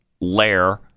lair